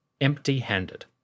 empty-handed